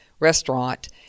restaurant